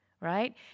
right